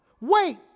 wait